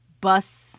bus